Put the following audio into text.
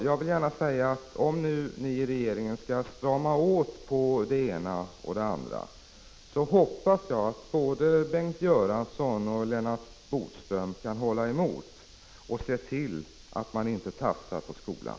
Jag vill gärna säga att om regeringen skall strama åt beträffande det ena och andra, hoppas jag att både Bengt Göransson och Lennart Bodström kan hålla emot och se till att man inte tafsar på skolan.